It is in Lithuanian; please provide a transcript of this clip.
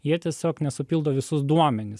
jie tiesiog nesupildo visus duomenis